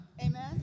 Amen